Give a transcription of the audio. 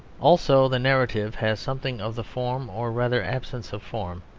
also the narrative has something of the form, or rather absence of form,